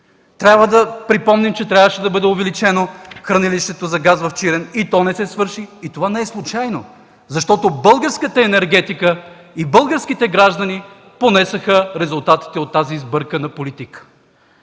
Трябва да припомним, че трябваше да бъде увеличено хранилището за газ в Чирен. И то не бе свършено. Това не е случайно, защото българската енергетика и българските граждани понесоха резултатите от тази сбъркана политика.